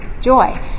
joy